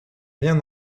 rien